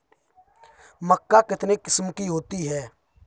मक्का कितने किस्म की होती है?